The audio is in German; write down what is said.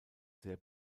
sehr